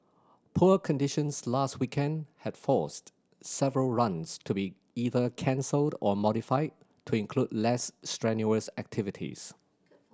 poor conditions last weekend had forced several runs to be either cancelled or modified to include less strenuous activities